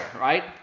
right